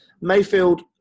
Mayfield